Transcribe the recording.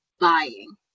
buying